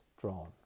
drawn